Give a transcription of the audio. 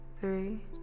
three